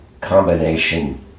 combination